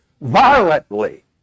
violently